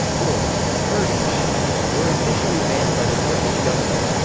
or kurdish were officially banned by the turkish government.